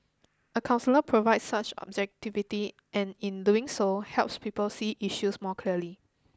a counsellor provide such objectivity and in doing so helps people see issues more clearly